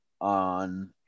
on